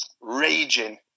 raging